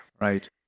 Right